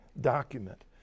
document